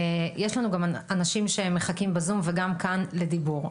יש לנו גם אנשים שמחכים בזום וגם כאן לדיבור.